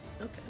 Okay